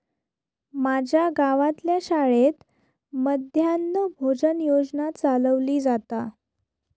माज्या गावातल्या शाळेत मध्यान्न भोजन योजना चलवली जाता